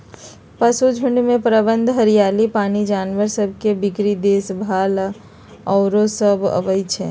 पशुझुण्ड के प्रबंधन में हरियरी, पानी, जानवर सभ के बीक्री देखभाल आउरो सभ अबइ छै